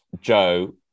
Joe